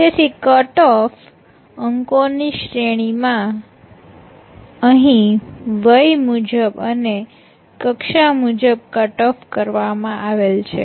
તેથી cut off અંકો ની શ્રેણીમાં અહીં વય મુજબ અને કક્ષા મુજબ કટ ઓફ કરવામાં આવેલ છે